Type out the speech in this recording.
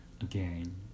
Again